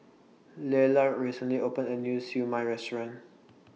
Lelar recently opened A New Siew Mai Restaurant